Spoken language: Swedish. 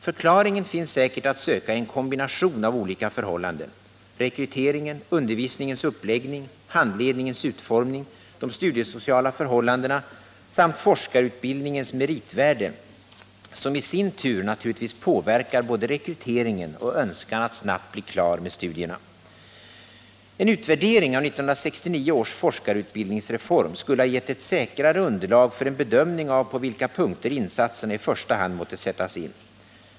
Förklaringen finns säkerligen att söka i en kombination av olika förhållanden: rekryteringen, undervisningens uppläggning, handledningens utformning, de studiesociala förhållandena samt forskarutbildningens meritvärde, som i sin tur naturligtvis påverkar både rekryteringen och önskan att snabbt bli klar med studierna. En utvärdering av 1969 års forskarutbildningsreform skulle ha gett ett säkrare underlag för en bedömning av på vilka punkter insatserna i första hand måste sättas in.